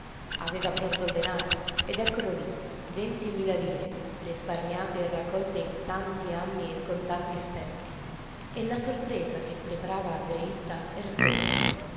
aveva pronto il denaro ed eccolo lì venti mila lire risparmiate e raccolte in tanti anni e con tanti stenti e la sorpresa che preparava a dreetta era questa